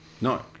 No